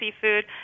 seafood